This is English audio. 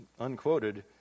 unquoted